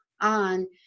on